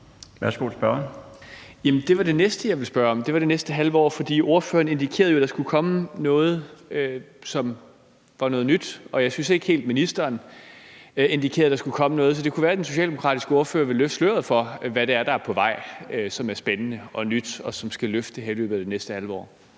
Kl. 18:38 Peter Kofod (DF): Det var det næste, jeg ville spørge til, altså det næste halve år. For ordføreren indikerede jo, at der skulle komme noget, som var nyt, men jeg synes ikke helt, ministeren indikerede, der skulle komme noget. Så det kunne være, den socialdemokratiske ordfører ville løfte sløret for, hvad det er, der er på vej, som er spændende og nyt, og som skal løfte det her i løbet af det næste halve år.